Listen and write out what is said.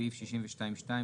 בסעיף 62(2),